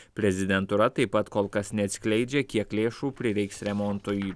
prezidentūra taip pat kol kas neatskleidžia kiek lėšų prireiks remontui